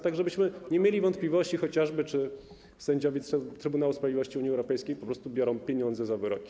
tak żebyśmy nie mieli wątpliwości, czy chociażby sędziowie Trybunału Sprawiedliwości Unii Europejskiej po prostu biorą pieniądze za wyroki.